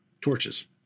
Torches